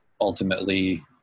ultimately